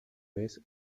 vez